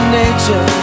nature